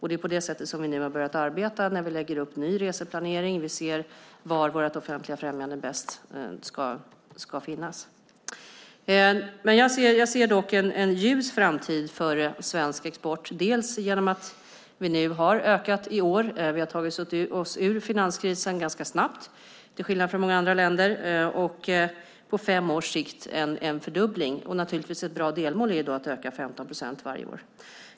Det är på det sättet vi nu har börjat arbeta när vi lägger upp ny reseplanering och ser var vårt offentliga främjande bäst ska finnas. Jag ser dock en ljus framtid för svensk export, dels genom att den har ökat i år. Vi har tagit oss ur finanskrisen ganska snabbt, till skillnad från många andra länder. På fem års sikt är det en fördubbling, och ett bra delmål är då att öka 15 procent varje år.